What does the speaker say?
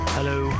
Hello